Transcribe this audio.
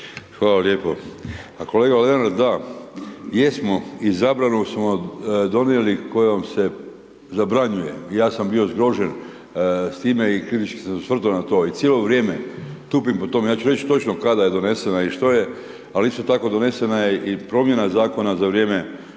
Hvala lijepo. A kolega …/nerazumljivo/… da jesmo i zabranu smo donijeli kojom se zabranjuje, ja sam bio zgrožen s time i kritički se osvrto na to i cijelo vrijeme tupim po tome, ja ću reći točno kada je donesena i što je, ali isto tako donesena je i promjena zakona za vrijeme